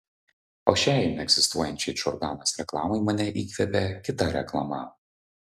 o šiai neegzistuojančiai džordanos reklamai mane įkvėpė kita reklama